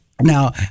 Now